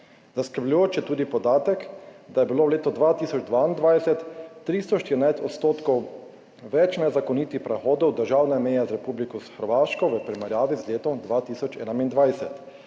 Zaskrbljujoč je tudi podatek, da je bilo leto 2022 314 odstotkov več nezakonitih prehodov državne meje z Republiko Hrvaško v primerjavi z letom 2021.